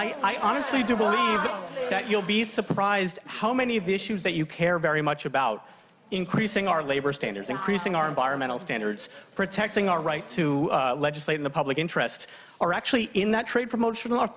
believe that you'll be surprised how many of the issues that you care very much about increasing our labor standards increasing our environmental standards protecting our right to legislate in the public interest or actually in that trade promotion